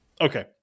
Okay